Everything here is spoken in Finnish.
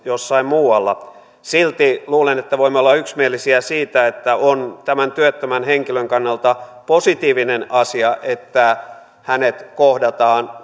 jossain muualla silti luulen että voimme olla yksimielisiä siitä että on työttömän henkilön kannalta positiivinen asia että hänet kohdataan